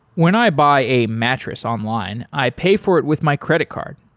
when i buy a mattress online, i pay for it with my credit card,